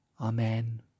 Amen